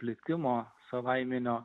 plikimo savaiminio